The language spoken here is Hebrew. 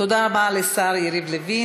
תודה רבה לשר יריב לוין.